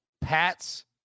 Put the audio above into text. Pats